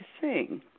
sing